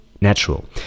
Natural